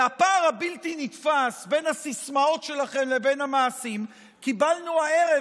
את הפער הבלתי-נתפס בין הסיסמאות שלכם לבין המעשים קיבלנו הערב,